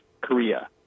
Korea